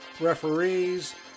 referees